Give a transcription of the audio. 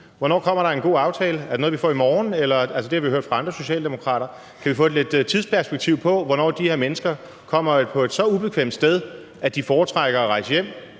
hvornår kommer der en god aftale? Er det noget, vi får i morgen? Det har vi hørt fra andre socialdemokrater. Kan vi få et tidsperspektiv på, hvornår de her mennesker kommer hen på et så ubekvemt sted, at de foretrækker at rejse hjem